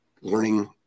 learning